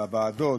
בוועדות,